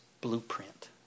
blueprint